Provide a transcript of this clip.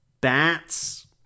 Bats